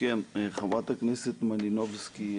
חברת הכנסת מלינובסקי,